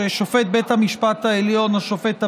שופט בית המשפט העליון השופט עמית,